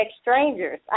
strangers